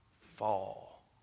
fall